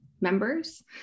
members